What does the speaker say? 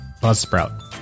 Buzzsprout